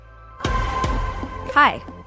Hi